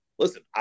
Listen